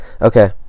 okay